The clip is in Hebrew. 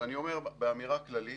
אבל אני אומר באמירה כללית,